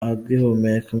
agihumeka